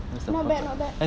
not bad not bad